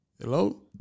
Hello